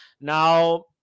Now